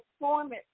performance